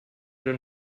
denn